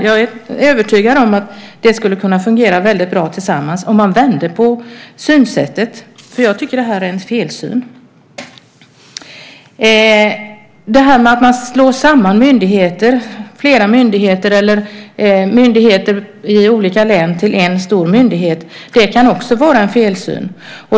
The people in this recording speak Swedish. Jag är övertygad om att det skulle kunna fungera väldigt bra tillsammans om man vände på synsättet, för jag tycker att det här är en felsyn. Att man slår samman flera myndigheter eller myndigheter i olika län till en stor myndighet kan också vara en felsyn.